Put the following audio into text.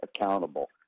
accountable